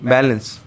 Balance